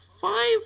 five